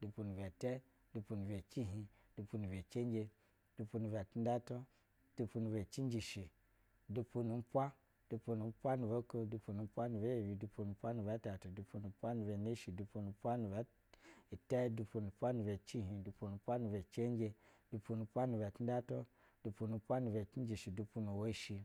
Dupu ni bɛ tɛ, dupu ni be cihih, dupu mi bɛ cenje, dupu ni bɛ tindɛtu, dupu ni bɛ cinjishi, dupu nu umpwa, dupu nu umpwa nu boko dupunu umpwa ni bɛ yebi dupu nu umpwa ni bɛ tɛtu, dupu nu umpwa ni bɛ neshi dupu nu umpwa nibɛ tɛ, dupu nu umpwa ni bɛ cihih dupu nu umpwa ni bɛ cenje, dupu nu uwpwa ni bɛ tindɛtu, dupu nu uwpwa ni bɛ cinjishi, dupu nu woshi nu